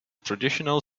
traditional